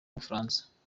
bufaransa